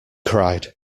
cried